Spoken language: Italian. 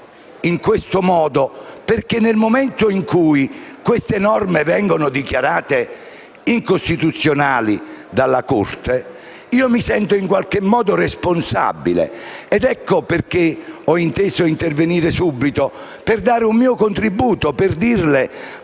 in questo modo perché nel momento in cui queste norme verranno dichiarate incostituzionali dalla Corte, mi sentirò in qualche modo responsabile. Ecco perché ho inteso intervenire subito, per dare un mio contributo, per dirle